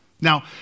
Now